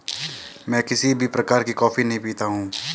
मैं किसी भी प्रकार की कॉफी नहीं पीता हूँ